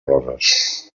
roses